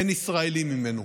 אין ישראלי ממנו